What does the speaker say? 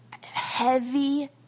heavy